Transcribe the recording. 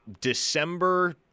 December